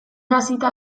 hasita